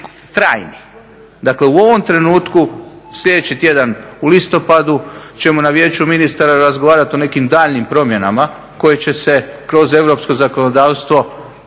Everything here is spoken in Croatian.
trajni, dakle u ovom trenutku, sljedeći tjedan u listopadu ćemo na Vijeću ministara razgovarati o nekim daljnjim promjenama koje će se kroz europsko zakonodavstvo